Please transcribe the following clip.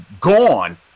gone